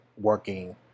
working